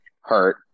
hurt